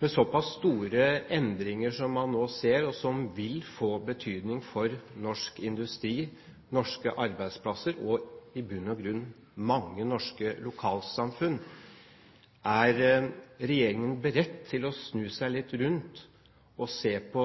Med så pass store endringer som man nå ser, og som vil få betydning for norsk industri, norske arbeidsplasser og i bunn og grunn mange norske lokalsamfunn – er regjeringen beredt til å snu seg litt rundt og se på